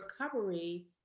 recovery